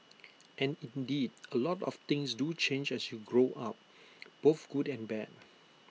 and indeed A lot of things do change as you grow up both good and bad